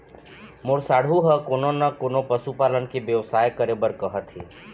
मोर साढ़ू ह कोनो न कोनो पशु पालन के बेवसाय करे बर कहत हे